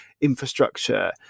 infrastructure